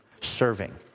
serving